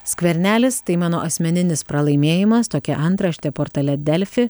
skvernelis tai mano asmeninis pralaimėjimas tokia antraštė portale delfi